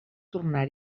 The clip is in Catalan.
tornar